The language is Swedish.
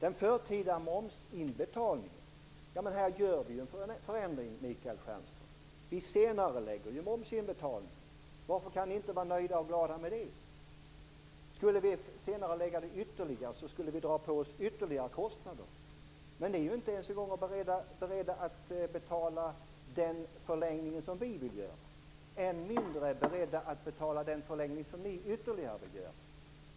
Vi gör en förändring av den förtida momsinbetalningen, Michael Stjernström. Vi senarelägger momsinbetalningen. Varför kan ni inte vara nöjda och glada med det? Om vi skulle senarelägga den ytterligare skulle vi dra på oss mer kostnader. Ni är inte ens beredda att betala den förlängning som vi vill göra, än mindre beredda att betala den förlängning som ni ytterligare vill göra.